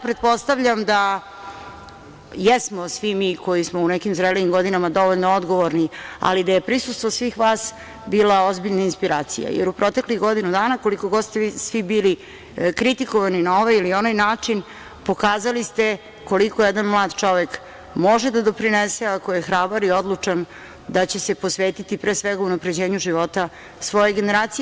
Pretpostavljam da jesmo svi mi koji smo u nekim zrelijim godinama dovoljno odgovorni, ali da je prisustvo svih vas bila ozbiljna inspiracija, jer u proteklih godinu dana, koliko god ste vi svi bili kritikovani na ovaj ili onaj način, pokazali ste koliko jedan mlad čovek može da doprinese ako je hrabar i odlučan, da će se posvetiti pre svega unapređenju života svoje generacije.